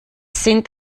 sind